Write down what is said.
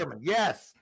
Yes